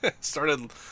started